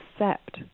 accept